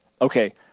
Okay